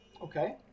Okay